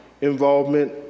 involvement